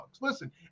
Listen